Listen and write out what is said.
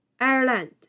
Ireland